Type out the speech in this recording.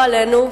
לא עלינו,